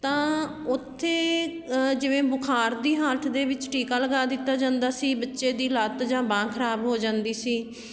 ਤਾਂ ਉੱਥੇ ਜਿਵੇਂ ਬੁਖਾਰ ਦੀ ਹਾਲਤ ਦੇ ਵਿੱਚ ਟੀਕਾ ਲਗਾ ਦਿੱਤਾ ਜਾਂਦਾ ਸੀ ਬੱਚੇ ਦੀ ਲੱਤ ਜਾਂ ਬਾਂਂਹ ਖਰਾਬ ਹੋ ਜਾਂਦੀ ਸੀ